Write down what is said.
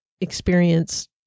experience